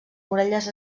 muralles